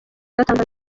gatandatu